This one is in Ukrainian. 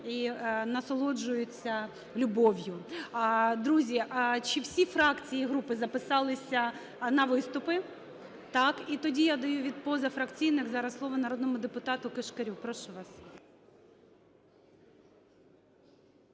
і насолоджуються любов'ю. Друзі, чи всі фракції і групи записалися на виступи? Так. І тоді я даю від позафракційних зараз слово народному депутату Кишкарю. Прошу вас.